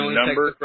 number